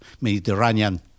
Mediterranean